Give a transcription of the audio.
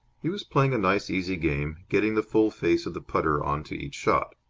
he was playing a nice easy game, getting the full face of the putter on to each shot.